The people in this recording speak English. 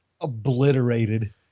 obliterated